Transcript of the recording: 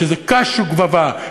שזה קש וגבבה,